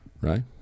Right